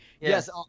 Yes